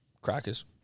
crackers